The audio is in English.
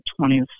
20th